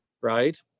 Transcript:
right